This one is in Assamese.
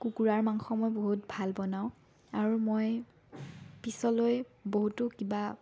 কুকুৰাৰ মাংস মই বহুত ভাল বনাওঁ আৰু মই পিছলৈ বহুতো কিবা